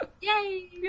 yay